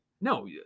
no